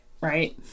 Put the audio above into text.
Right